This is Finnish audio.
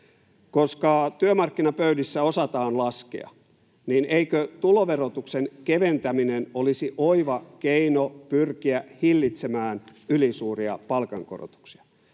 Koska työmarkkinapöydissä osataan laskea, niin eikö tuloverotuksen keventäminen olisi oiva keino pyrkiä hillitsemään ylisuuria palkankorotuksia?